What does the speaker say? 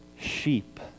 sheep